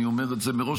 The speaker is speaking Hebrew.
אני אומר את זה מראש,